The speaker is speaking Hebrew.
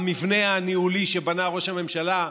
המבנה הניהולי שבנה ראש הממשלה,